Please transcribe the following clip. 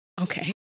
Okay